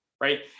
Right